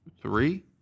three